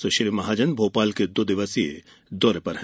सुश्री महाजन भोपाल के दो दिवसीय दौरे पर हैं